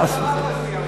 חס וחלילה.